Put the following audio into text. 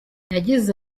yagize